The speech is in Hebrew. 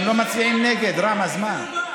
גם לא מצביעים נגד, רם, אז מה?